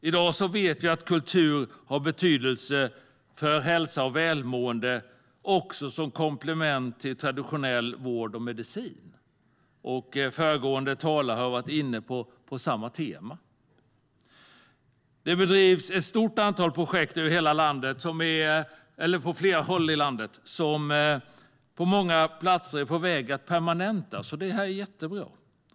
I dag vet vi att kultur har betydelse för hälsa och välmående, också som komplement till traditionell vård och medicin. Föregående talare har varit inne på samma tema. Det bedrivs ett stort antal projekt på flera håll i landet som på många platser är på väg att permanentas. Det är jättebra.